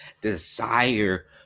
desire